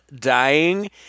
dying